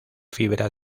fibra